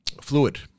Fluid